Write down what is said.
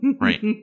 Right